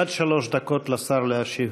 עד שלוש דקות לשר להשיב.